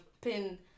pin